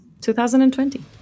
2020